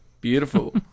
Beautiful